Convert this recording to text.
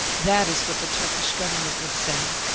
that is what the turkish government would say.